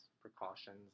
precautions